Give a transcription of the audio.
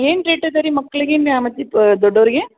ಏನು ರೇಟ್ ಇದೆ ರೀ ಮಕ್ಳಿಗೆ ಇನ್ನು ದೊಡ್ಡೋರಿಗೆ